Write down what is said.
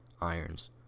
Irons